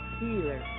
healer